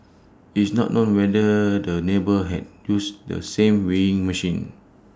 it's not known whether the neighbour had used the same weighing machine